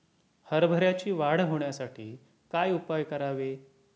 हरभऱ्याची वाढ होण्यासाठी काय उपाय करावे?